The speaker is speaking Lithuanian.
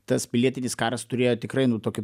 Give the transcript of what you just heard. tas pilietinis karas turėjo tikrai nu tokį